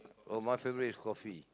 oh my favourite is coffee